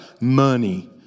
money